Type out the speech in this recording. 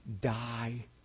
die